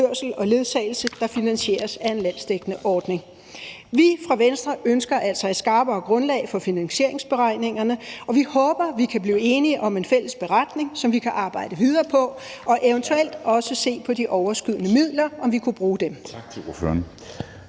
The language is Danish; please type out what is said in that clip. og ledsagelse, der finansieres af en landsdækkende ordning. Vi fra Venstre ønsker altså et skarpere grundlag for finansieringsberegningerne, og vi håber, at vi kan blive enige om en fælles beretning, som vi kan arbejde videre på, og at vi eventuelt også kan se på de overskydende midler, og om vi kunne bruge dem.